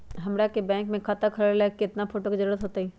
हमरा के बैंक में खाता खोलबाबे ला केतना फोटो के जरूरत होतई?